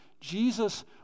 Jesus